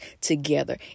together